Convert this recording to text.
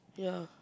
ya